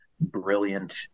brilliant